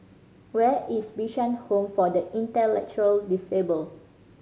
where is Bishan Home for the Intellectually Disabled